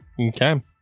Okay